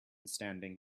standing